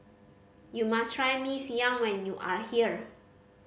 you must try Mee Siam when you are here